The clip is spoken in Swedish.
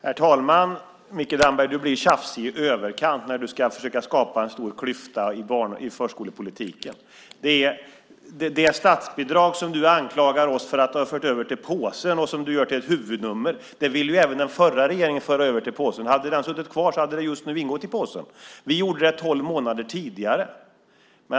Herr talman! Micke Damberg blir tjafsig i överkant när han ska försöka skapa en stor klyfta i förskolepolitiken. Han anklagar oss för att ha fört över statsbidrag till den allmänna påsen och gör det till ett huvudnummer. Även den förra regeringen ville ju föra över statsbidraget till den påsen. Hade den suttit kvar hade det just nu ingått i påsen. Vi gjorde det tolv månader tidigare.